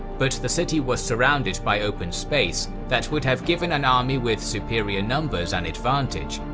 but the city was surrounded by open space that would have given an army with superior numbers an advantage,